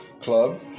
Club